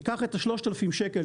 תיקח את ה-3,000 שקלים,